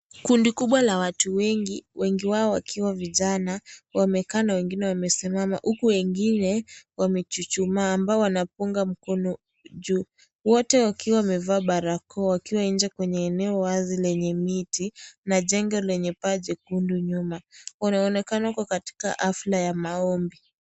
Kundi kubwa la watu wengi, wengi wao wakiwa vijana wamekaa na wengine wakiwa wamesimama huku wengine wamechuchumaa ambao wanapunga mkono juu. Wote wakiwa wamevaa barakoa wakiwa nje kwenye eneo wazi lenye miti na jengo lenye paa jekundu nyuma. Wanaonekana kuwa katika hafla ya maombi.